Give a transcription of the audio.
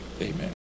Amen